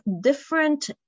different